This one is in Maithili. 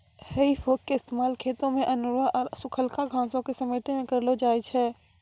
हेइ फोक के इस्तेमाल खेतो मे अनेरुआ आरु सुखलका घासो के समेटै मे करलो जाय छै